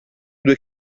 due